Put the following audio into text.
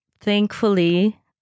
Thankfully